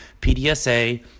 PDSA